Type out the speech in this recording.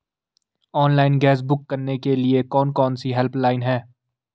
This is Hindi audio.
ऑनलाइन गैस बुक करने के लिए कौन कौनसी हेल्पलाइन हैं?